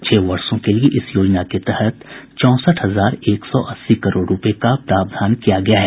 छह वर्षो के लिए इस योजना के तहत चौंसठ हजार एक सौ अस्सी करोड़ रूपये का प्रावधान किया गया है